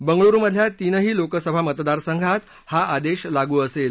बंगळुरुमधल्या तीनही लोकसभा मतदारसंघात हा आदेश लागू असेल